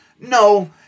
no